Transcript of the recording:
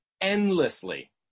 endlessly